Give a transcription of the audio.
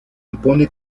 impone